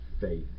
faith